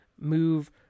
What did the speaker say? move